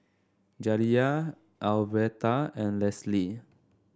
Jaliyah Alverta and Lesly